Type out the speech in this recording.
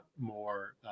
more